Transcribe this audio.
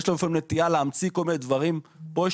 יש לנו נטייה להמציא כל מיני דברים לפעמים אבל זה לא תמיד נצרך.